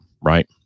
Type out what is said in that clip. right